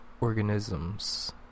organisms